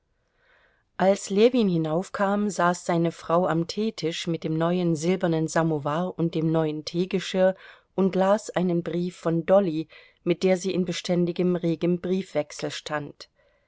als ljewin hinaufkam saß seine frau am teetisch mit dem neuen silbernen samowar und dem neuen teegeschirr und las einen brief von dolly mit der sie in beständigem regem briefwechsel stand